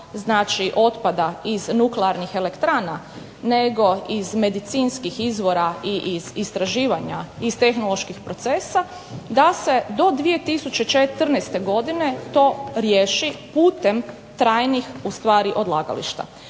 samo otpada iz nuklearnih elektrana, nego iz medicinskih izvora i istraživanja iz tehnoloških procesa, da se do 2014. godine to riješi putem trajnih odlagališta.